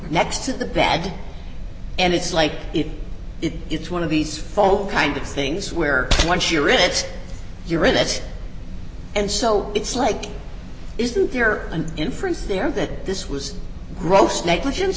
next to the bed and it's like it is it's one of these folk kind of things where once you're in it you're in it and so it's like isn't there an inference there that this was gross negligence